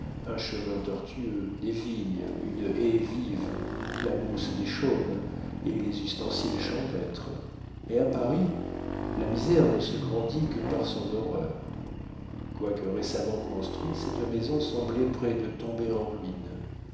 un chemin tortueux des vignes une haie vive la mousse des chaumes et les ustensiles champêtres mais à paris la misère ne se grandit que par son horreur quoique récemment construite cette maison semblait près de tomber en ruine